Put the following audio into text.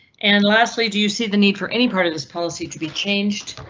and lastly, do you see the need for any part of this policy to be changed?